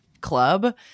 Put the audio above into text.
club